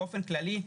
באופן כללי,